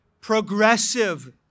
progressive